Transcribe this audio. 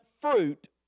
fruit